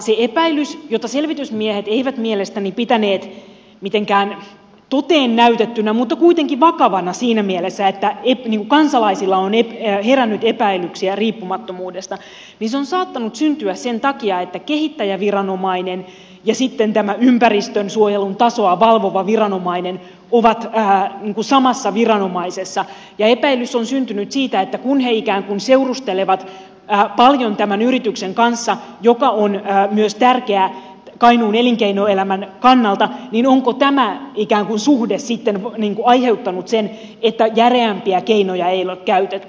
se epäilys jota selvitysmiehet eivät mielestäni pitäneet mitenkään toteen näytettynä mutta kuitenkin vakavana siinä mielessä että kansalaisilla on herännyt epäilyksiä riippumattomuudesta on saattanut syntyä sen takia että kehittäjäviranomainen ja sitten tämä ympäristönsuojelun tasoa valvova viranomainen ovat samassa viranomaisessa ja epäilys on syntynyt siitä että kun he ikään kuin seurustelevat paljon tämän yrityksen kanssa joka on myös tärkeä kainuun elinkeinoelämän kannalta niin onko tämä ikään kuin suhde sitten aiheuttanut sen että järeämpiä keinoja ei ole käytetty